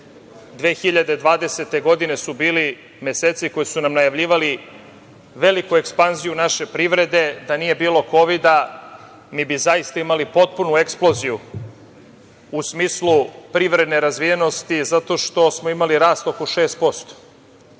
2020. godine su bili meseci koji su nam najavljivali veliku ekspanziju naše privrede, da nije bilo kovida mi bi zaista imali potpunu eksploziju u smislu privredne razvijenosti zato što smo imali rast oko 6%.